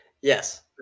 Yes